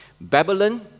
Babylon